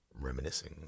reminiscing